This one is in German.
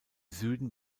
süden